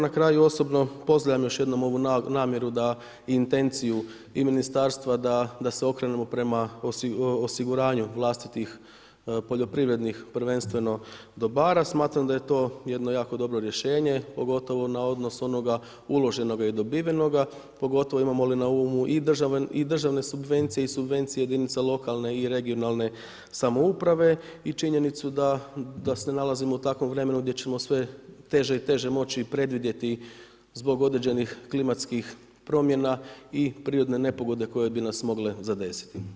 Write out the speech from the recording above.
Na kraju osobno pozdravljam još jednom ovu namjeru da intenciju i ministarstva da se okrenemo prema osiguranju vlastitih poljoprivrednih, prvenstveno dobara, smatram da je to jedno jako dobro rješenje, pogotovo na odnos onoga uloženoga i dobivenoga, pogotovo imamo li na umu i državne subvencije i subvencije jedinica lokalne i regionalne samouprave i činjenicu da se nalazimo u takvom vremenu gdje ćemo sve teže i teže moći predvidjeti, zbog određenih klimatskih promjena i prirodne nepogode koje bi nas mogle zadesiti.